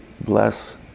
bless